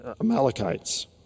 Amalekites